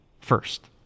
first